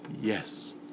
Yes